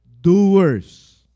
doers